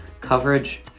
coverage